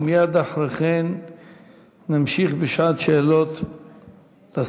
ומייד אחרי כן נמשיך בשעת שאלות לשר.